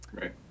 Right